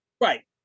right